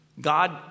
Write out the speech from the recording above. God